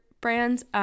brands